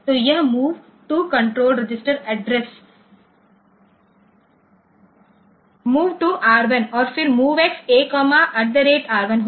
तो यह move to control register address move to r1 और फिर MOVX a r1 होगा